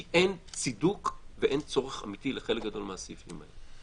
כי אין צידוק ואין צורך אמיתי בחלק גדול מהסעיפים האלה.